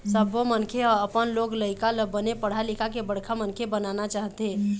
सब्बो मनखे ह अपन लोग लइका ल बने पढ़ा लिखा के बड़का मनखे बनाना चाहथे